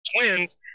twins